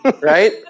right